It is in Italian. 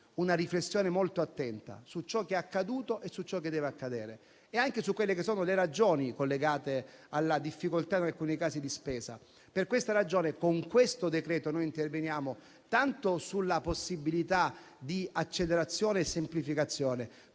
una riflessione molto attenta, su ciò che è accaduto, su ciò che deve accadere e anche su quelle che sono le ragioni collegate alla difficoltà di spesa in alcuni casi. Per questa ragione, con questo decreto noi interveniamo tanto sulla possibilità di accelerazione e semplificazione,